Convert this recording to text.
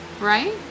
Right